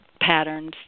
patterns